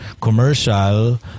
commercial